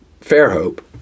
Fairhope